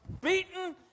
beaten